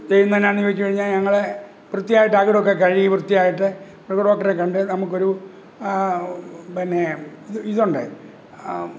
ചെയ്യുന്നത് എന്നാന്ന് ചോദിച്ചാല് ഞങ്ങള് വൃത്തിയായിട്ടകിടൊക്കെ കഴുകി വൃത്തിയായിട്ട് മൃഗഡോക്ടറെ കണ്ട് നമുക്കൊരു പിന്നെ ഇതുണ്ട്